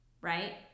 right